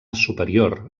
superior